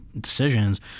Decisions